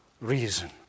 reason